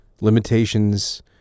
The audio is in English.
Limitations